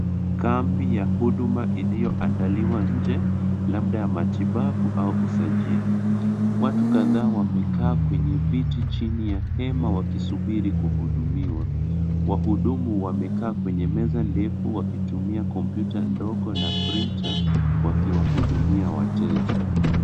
Kambi ya huduma iliyoandaliwa nje labda ya matibabu au usajili. Watu kadhaa wamekaa kwenye viti chini ya hema wakisubiri kuhudumiwa. Wahudumu wamekaa kwenye meza ndefu wakitumiakompyuta ndogo na printa wakiwahudumia wateja.